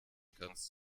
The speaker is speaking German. kannst